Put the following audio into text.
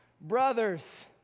Brothers